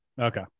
okay